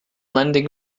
lending